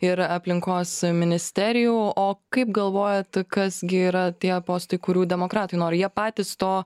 ir aplinkos ministerijų o kaip galvojat kas gi yra tie postai kurių demokratai nori jie patys to